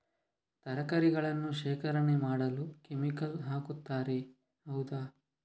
ತರಕಾರಿಗಳನ್ನು ಶೇಖರಣೆ ಮಾಡಲು ಕೆಮಿಕಲ್ ಹಾಕುತಾರೆ ಹೌದ?